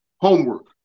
homework